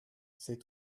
c’est